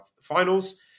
finals